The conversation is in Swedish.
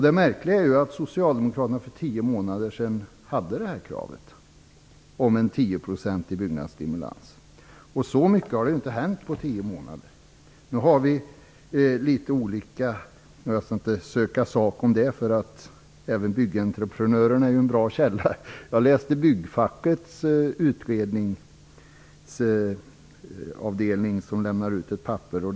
Det märkliga är ju att Socialdemokraterna för tio månader sedan ställde krav på en 10-procentig byggnadsstimulans. Så mycket har inte hänt på tio månader. Vi har litet olika uppgifter. Jag skall inte söka sak om det, för även Byggentreprenörerna är en bra källa. Jag läste ett papper som lämnats ut från byggfackets utredningsavdelning.